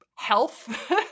health